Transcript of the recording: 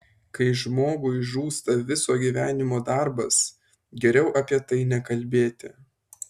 kai žmogui žūsta viso gyvenimo darbas geriau apie tai nekalbėti